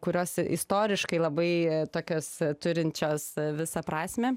kurios istoriškai labai tokios turinčios visą prasmę